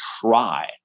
try